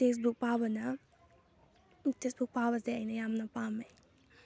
tax book ꯄꯥꯕꯅ text book ꯄꯥꯕꯁꯦ ꯑꯩꯅ ꯌꯥꯝꯅ ꯄꯥꯝꯃꯤ